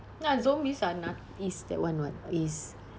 ya zombies are not~ is that one [what] is